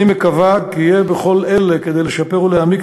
אני מקווה כי יהיה בכל אלה כדי לשפר ולהעמיק